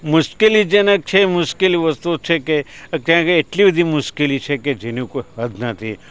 મુશ્કેલી જેને છે મુશ્કેલી વસ્તુ છે કે ત્યાં આંગળી એટલી બધી મુશ્કેલી છે કે જેની કોઈ હદ નથી